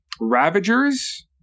Ravagers